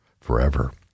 forever